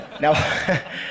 Now